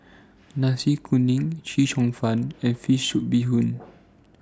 Nasi Kuning Chee Cheong Fun and Fish Soup Bee Hoon